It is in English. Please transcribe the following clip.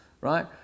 right